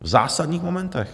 V zásadních momentech.